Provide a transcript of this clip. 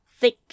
thick